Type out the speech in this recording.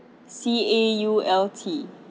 C A U L T